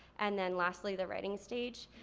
and then lastly the writing stage.